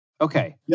Okay